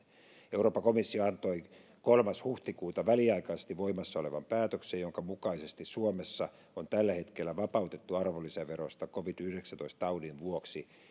euroopan komissio antoi kolmas huhtikuuta väliaikaisesti voimassa olevan päätöksen jonka mukaisesti suomessa on tällä hetkellä vapautettu arvonlisäverosta covid yhdeksäntoista taudin vuoksi